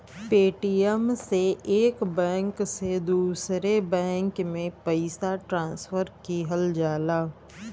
Paytm से एक bank से दूसरे बैंक में पइसा ट्रांसफर किहल जाला